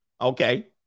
Okay